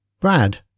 Brad